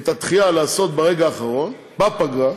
לעשות את הדחייה ברגע האחרון, בפגרה,